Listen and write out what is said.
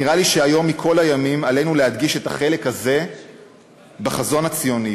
נראה לי שהיום מכל הימים עלינו להדגיש את החלק הזה בחזון הציוני,